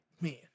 man